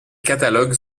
catalogues